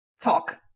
talk